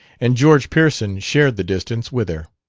and george pearson shared the distance with her.